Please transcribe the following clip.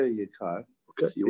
okay